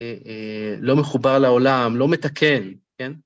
לא מחובר לעולם, לא מתקן, כן?